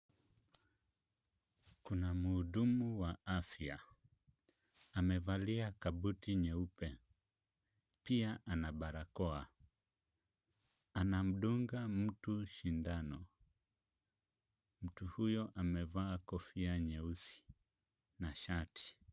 Kuna mhudumu wa afya amevalia kabuti nyeupe pia ana barakoa. Anamdunga mtu shindano. Mtu huyo amevaa kofia nyeusi na shati.